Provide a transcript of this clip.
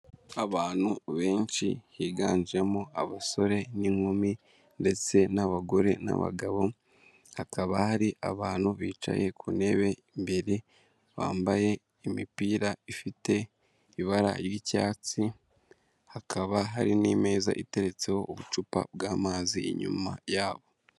Abantu benshi higanjemo abasore n'inkumi ndetse n'abagore n'abagabo, hakaba hari abantu bicaye ku ntebe imbere, bambaye imipira ifite ibara ry'icyatsi; hakaba hari n'imeza iteretseho ubucupa bw'amazi, inyuma yabo.